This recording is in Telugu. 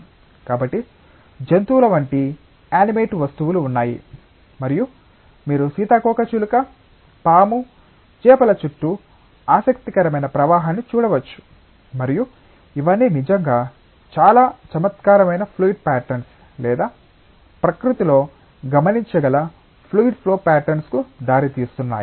కాబట్టి జంతువుల వంటి యానిమేట్ వస్తువులు ఉన్నాయి మరియు మీరు సీతాకోకచిలుక పాము చేపల చుట్టూ ఆసక్తికరమైన ప్రవాహాన్ని చూడవచ్చు మరియు ఇవన్నీ నిజంగా చాలా చమత్కారమైన ఫ్లూయిడ్ ప్యాటర్న్స్ లేదా ప్రకృతిలో గమనించగల ఫ్లూయిడ్ ఫ్లో ప్యాటర్న్స్ కు దారితీస్తున్నాయి